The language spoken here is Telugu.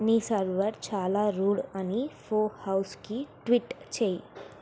నీ సర్వర్ చాలా రూడ్ అని ఫో హౌస్కి ట్విట్ చేయి